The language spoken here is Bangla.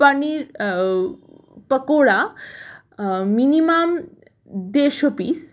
পানির পাকোড়া মিনিমাম দেড়শো পিস